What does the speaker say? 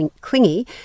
clingy